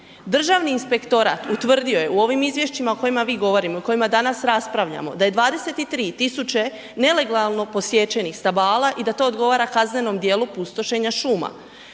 Državni inspektorat utvrdio je u ovim izvješćima o kojima mi govorimo, o kojima danas raspravljamo, da je 23000 nelegalno posječenih stabala i da to odgovara kaznenom dijelu pustošenja šuma.